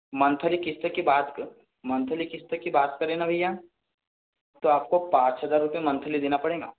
monthly किश्त की बात मंथली किश्त की बात करने ना भैया तो आपको पांच हज़ार रूपए मंथली देना पड़ेगा